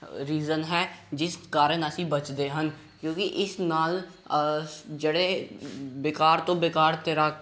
reason ਹੈ ਜਿਸ ਕਾਰਨ ਅਸੀਂ ਬਚਦੇ ਹਨ ਕਿਉਂਕਿ ਇਸ ਨਾਲ ਜਿਹੜੇ ਬੇਕਾਰ ਤੋਂ ਬੇਕਾਰ ਤੈਰਾਕ